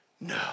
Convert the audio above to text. no